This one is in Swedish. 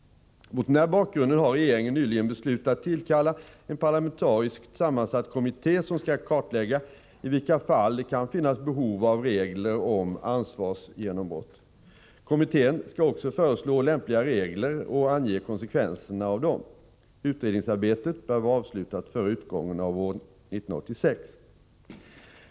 Mot den bakgrunden har regeringen nyligen beslutat tillkalla en parlamentariskt sammansatt kommitté som skall kartlägga i vilka fall det kan finnas behov av regler om ansvarsgenombrott. Kommittén skall också föreslå lämpliga regler och ange konsekvenserna av dessa. Utredningsarbetet bör vara avslutat före utgången av år 1986.